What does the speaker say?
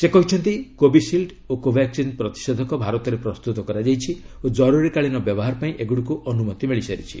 ସେ କହିଛନ୍ତି କୋବିସିଲ୍ ଓ କୋଭାକ୍ସିନ୍ ପ୍ରତିଷେଧକ ଭାରତରେ ପ୍ରସ୍ତୁତ କରାଯାଇଛି ଓ ଜରୁରୀକାଳୀନ ବ୍ୟବହାର ପାଇଁ ଏଗୁଡ଼ିକୁ ଅନୁମତି ମିଳିସାରିଛି